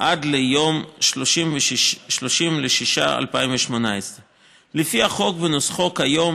עד ליום 30 ביוני 2018. לפי החוק בנוסחו כיום,